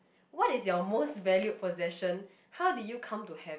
what is your most valued possession how did you come to have it